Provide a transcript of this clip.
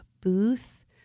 booth